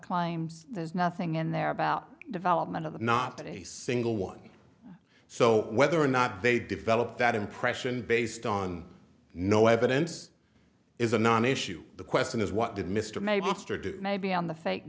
claims there's nothing in there about development of that not a single one so whether or not they develop that impression based on no evidence is a non issue the question is what did mr maybe mr do maybe on the fake